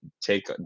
take